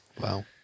Wow